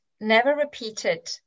never-repeated